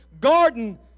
garden